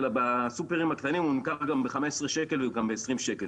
בסופרים הקטנים הוא נמכר גם ב-15 ₪ ו-20 ₪,